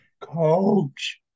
Coach